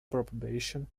probation